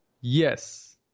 Yes